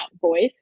voice